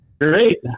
Great